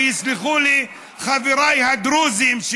ויסלחו לי חבריי הדרוזים,